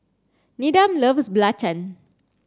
Needham loves Belacan